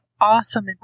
awesome